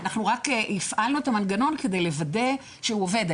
אנחנו רק הפעלנו את המנגנון כדי לוודא שהוא עובד.